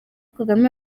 kagame